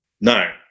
No